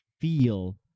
feel